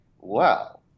wow